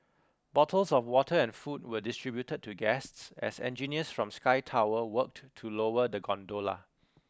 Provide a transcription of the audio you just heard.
bottles of water and food were distributed to guests as engineers from Sky Tower worked to lower the gondola